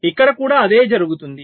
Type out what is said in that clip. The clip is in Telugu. ఇక్కడ కూడా అదే జరుగుతుంది